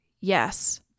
Yes